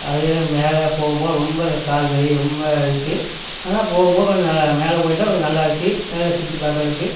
அப்படியே மேலே போகப் போக ரொம்ப கால்வலி ரொம்ப இருக்கும் ஆனால் போகப் போக கொஞ்சம் நல்லா மேலே போய்ட்டா கொஞ்சம் நல்லா இருக்கும் மேலே சுற்றிப் பாக்கறதுக்கு